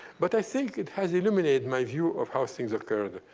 but i think it has illuminated my view of how things occurred.